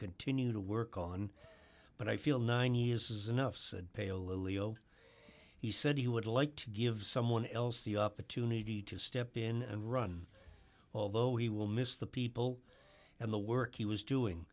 continue to work on but i feel nine years is enough said paoli old he said he would like to give someone else the opportunity to step in and run although he will miss the people and the work he was doing